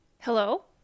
Hello